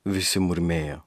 visi murmėjo